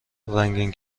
رنگین